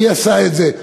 מי עשה את זה,